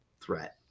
threat